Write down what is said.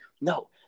no